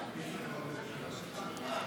בשם שר המשפטים,